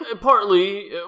Partly